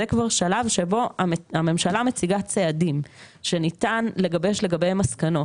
זה שלב שבו הממשלה מציגה צעדים שניתן לגבש לגביהם מסקנות,